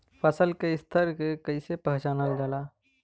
फसल के स्तर के कइसी पहचानल जाला